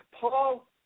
Paul